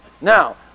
Now